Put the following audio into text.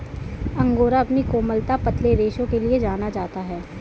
angora अपनी कोमलता, पतले रेशों के लिए जाना जाता है